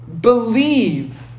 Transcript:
believe